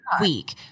week